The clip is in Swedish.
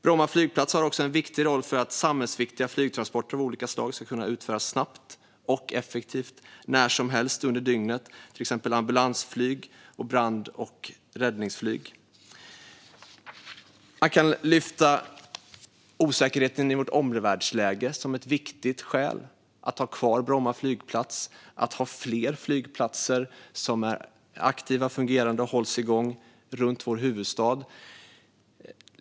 Bromma flygplats har också en viktig roll för att samhällsviktiga flygtransporter av olika slag, till exempel ambulansflyg och brand och räddningsflyg, ska kunna utföras snabbt och effektivt när som helst under dygnet. Jag kan lyfta fram osäkerheten i vårt omvärldsläge som ett viktigt skäl att ha kvar Bromma flygplats och att ha flera flygplatser som är aktiva, fungerande och hålls igång runt vår huvudstad.